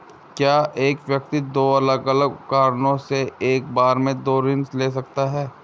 क्या एक व्यक्ति दो अलग अलग कारणों से एक बार में दो ऋण ले सकता है?